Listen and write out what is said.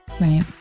Right